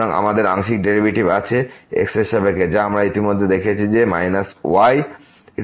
সুতরাং আমাদের আংশিক ডেরিভেটিভ আছে x এর সাপেক্ষে যা আমরা ইতিমধ্যে এখানে দেখেছি ye x